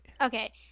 okay